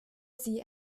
sie